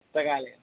पुस्तकाले